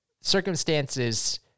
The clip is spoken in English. circumstances